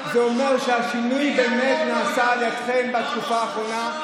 זה אומר שהשינוי באמת נעשה על ידכם בתקופה האחרונה,